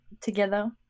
together